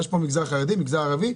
יש פה מגזר חרדי, מגזר ערבי,